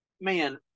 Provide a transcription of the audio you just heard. man